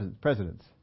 presidents